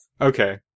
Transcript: Okay